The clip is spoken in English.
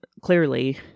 clearly